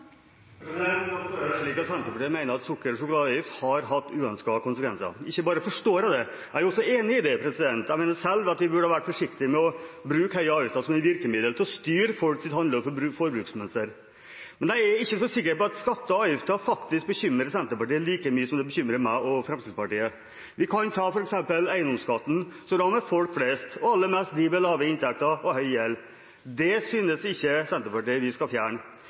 det slik at Senterpartiet mener at sukker- og sjokoladeavgift har hatt uønskede konsekvenser. Ikke bare forstår jeg det, jeg er også enig i det. Jeg mener selv at vi burde vært forsiktig med å bruke høye avgifter som et virkemiddel til å styre folks handle- og forbruksmønster. Men jeg er ikke så sikker på at skatter og avgifter faktisk bekymrer Senterpartiet like mye som det bekymrer meg og Fremskrittspartiet. Vi kan ta f.eks. eiendomsskatten, som rammer folk flest og aller mest dem med lave inntekter og høy gjeld. Den synes ikke Senterpartiet vi skal fjerne.